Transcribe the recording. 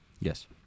Yes